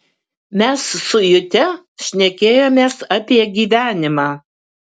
mes su jute šnekėjomės apie gyvenimą